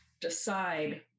decide